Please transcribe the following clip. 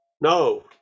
no